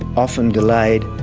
often delayed,